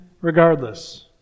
regardless